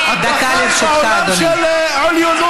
אתה חי בתפיסה של אלימות.